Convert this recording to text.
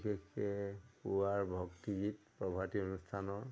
বিশেষকৈ পূৱাৰ ভক্তিগীত প্ৰভাতী অনুষ্ঠানৰ